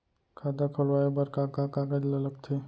खाता खोलवाये बर का का कागज ल लगथे?